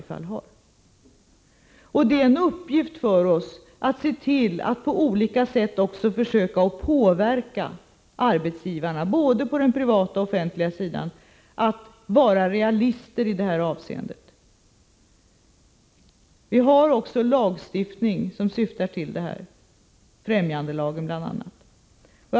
Det är en uppgift för oss att på olika sätt försöka påverka arbetsgivarna, både på den privata och på den offentliga sidan, till att i detta avseende vara realister. Vi har också lagstiftning som syftar till samma sak, bl.a. främjandelagen.